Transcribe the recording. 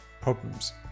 problems